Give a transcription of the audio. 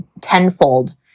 tenfold